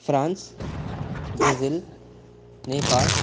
France Brazil Nepal